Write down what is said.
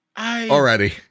Already